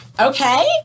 Okay